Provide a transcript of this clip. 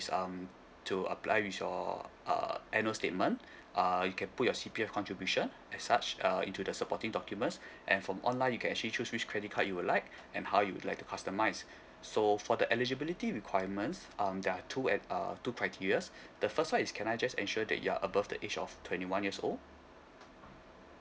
um to apply with your uh annual statement ah you can put your C_P_F contribution as such uh into the supporting documents and from online you can actually choose which credit card you would like and how you would like to customize so for the eligibility requirements um there are two at uh two criteria the first [one] is can I just ensure that you are above the age of twenty one years old